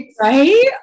Right